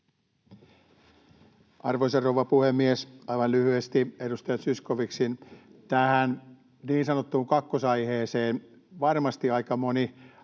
Arvoisa rouva puhemies! Aivan lyhyesti edustaja Zyskowiczin tähän niin sanottuun kakkosaiheeseen: varmasti aika moni